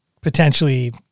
potentially